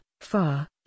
far